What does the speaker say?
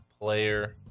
Player